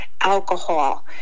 alcohol